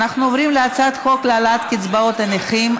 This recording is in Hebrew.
אנחנו עוברים להצעת חוק להעלאת קצבאות הנכים,